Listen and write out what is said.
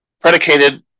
predicated